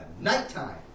nighttime